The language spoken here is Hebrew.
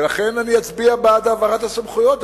ואכן אני אצביע בעד העברת הסמכויות.